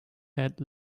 head